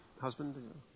husband